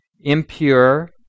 Impure